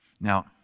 Now